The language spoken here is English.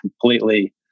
completely